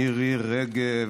מירי רגב,